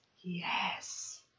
yes